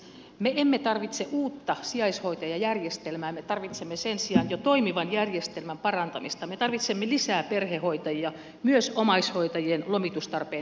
me emme tarvitse uutta sijaishoitajajärjestelmää me tarvitsemme sen sijaan jo toimivan järjestelmän parantamista me tarvitsemme lisää perhehoitajia myös omaishoitajien lomitustarpeen täyttämiseen